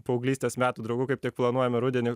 paauglystės metų draugu kaip tik planuojame rudenį